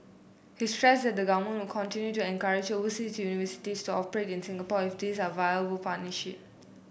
he stressed that the government will continue to encourage oversea university to operate in Singapore if these are viable partnership